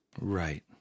Right